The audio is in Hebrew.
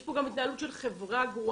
יש פה גם התנהלות של חברה גרועה.